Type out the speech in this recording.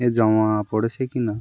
এ জমা পড়েছে কি না